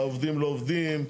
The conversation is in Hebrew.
העובדים לא עובדים.